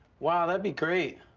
wow, that'd be great.